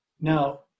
Now